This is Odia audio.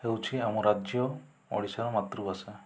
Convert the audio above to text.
ହେଉଛି ଆମ ରାଜ୍ୟ ଓଡ଼ିଶାର ମାତୃଭାଷା